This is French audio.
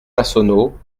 massonneau